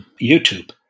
YouTube